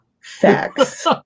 facts